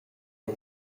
ina